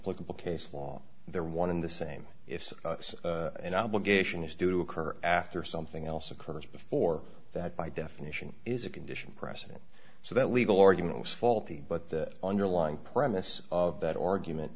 political case law they're one in the same if an obligation is due to occur after something else occurs before that by definition is a condition precedent so that legal argument was faulty but the underlying premise of that argument